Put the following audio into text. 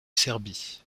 serbie